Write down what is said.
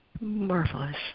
marvelous